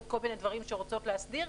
עוד כל מיני דברים שרוצות להסדיר,